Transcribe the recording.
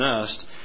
nest